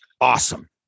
awesome